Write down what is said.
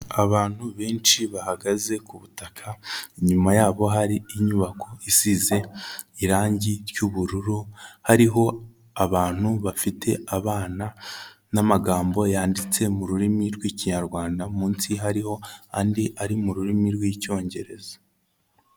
Abantu benshi bahagaze ku butaka inyuma yabo hari inyubako isize irangi ry'ubururu, hariho abantu bafite abana n'amagambo yanditse mu rurimi rw'Ikinyarwanda munsi hariho andi ari mu rurimi rw'Icyongereza.